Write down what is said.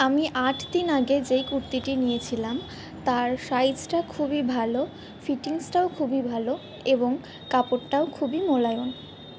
আমি আট দিন আগে যেই কুর্তিটি নিয়েছিলাম তার সাইজটা খুবই ভালো ফিটিংসটাও খুবই ভালো এবং কাপড়টাও খুবই মোলায়ম